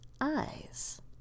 Eyes